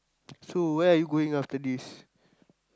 so where are you going after this